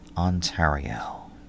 Ontario